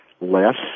less